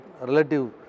relative